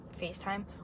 FaceTime